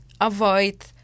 avoid